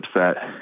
upset